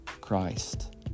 Christ